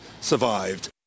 survived